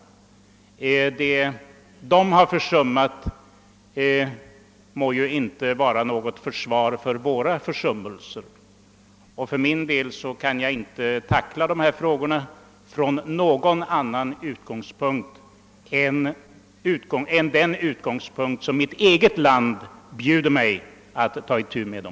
Det de har försummat må inte vara något försvar för våra försummelser! För min del kan jag inte tackla dessa frågor från någon annan utgångspunkt än den utgångspunkt som mitt eget land bjuder mig att ta itu med dem.